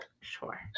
Sure